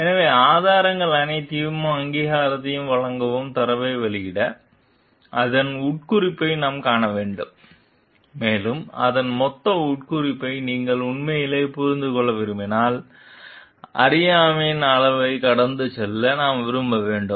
எனவே ஆதாரங்கள் அனைத்தையும் அங்கீகாரத்தை வழங்காமல் தரவை வெளியிட அதன் உட்குறிப்பை நாம் காண வேண்டும் மேலும் அதன் மொத்த உட்குறிப்பை நீங்கள் உண்மையிலேயே புரிந்து கொள்ள விரும்பினால் அறியாமையின் அளவையும் கடந்து செல்ல நாம் விரும்ப வேண்டும்